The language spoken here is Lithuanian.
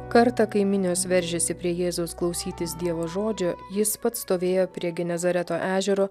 kartą kai minios veržėsi prie jėzaus klausytis dievo žodžio jis pats stovėjo prie genezareto ežero